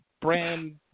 brand